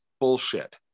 bullshit